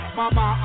mama